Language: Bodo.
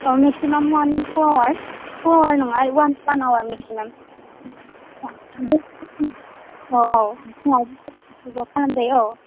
ओ मेक्सिमाम अवान थु थु आवार नङा अवान आवार मेक्सिमाम ओ ओऔ फुंआव बिदिनो खालामजायो औ